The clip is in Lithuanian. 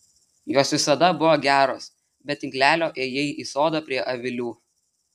jos visada buvo geros be tinklelio ėjai į sodą prie avilių